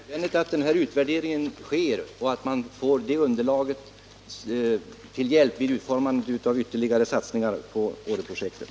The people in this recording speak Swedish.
Herr talman! Det torde vara nödvändigt att denna utvärdering sker och att man får det underlaget till hjälp vid utformandet av ytterligare satsningar på Åreprojektet.